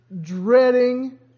dreading